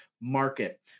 market